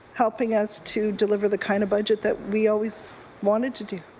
helping us to deliver the kind of budget that we always wanted to do.